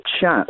chat